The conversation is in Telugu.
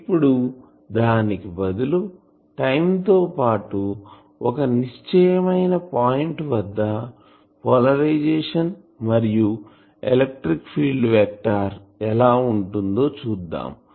ఇప్పుడు దానికి బదులు టైం తో పాటు ఒక నిశ్చయమైన పాయింట్ వద్ద పోలరైజేషన్ మరియు ఎలక్ట్రిక్ ఫీల్డ్ వెక్టార్ ఎలా ఉంటుందో చూద్దాము